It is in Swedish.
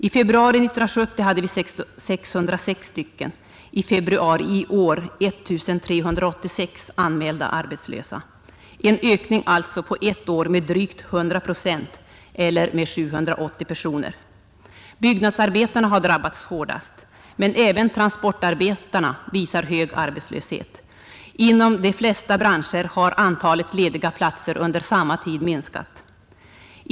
I februari 1970 hade vi 606, i februari i år 1386 anmälda arbetslösa, en ökning alltså på ett år med drygt 100 procent eller med 780 personer. Byggnadsarbetarna har drabbats hårdast. Men även transportarbetarna visar hög arbetslöshet. Inom de flesta branscher har antalet lediga platser att öka sysselsättningen i Västerbottens län under samma tid minskat.